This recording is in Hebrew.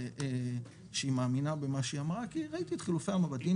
היא אמרה שהיא תציג את זה,